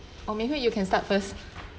or maybe you can start first